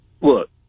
Look